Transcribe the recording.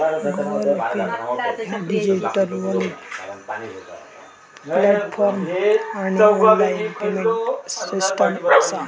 Google Pay ह्या digital wallet platform आणि online payment system असा